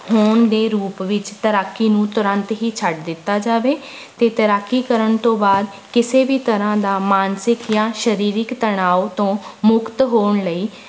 ਹੋਣ ਦੇ ਰੂਪ ਵਿੱਚ ਤੈਰਾਕੀ ਨੂੰ ਤੁਰੰਤ ਹੀ ਛੱਡ ਦਿੱਤਾ ਜਾਵੇ ਅਤੇ ਤੈਰਾਕੀ ਕਰਨ ਤੋਂ ਬਾਅਦ ਕਿਸੇ ਵੀ ਤਰ੍ਹਾਂ ਦਾ ਮਾਨਸਿਕ ਜਾਂ ਸਰੀਰਕ ਤਣਾਉ ਤੋਂ ਮੁਕਤ ਹੋਣ ਲਈ